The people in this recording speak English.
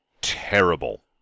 terrible